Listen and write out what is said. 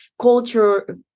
culture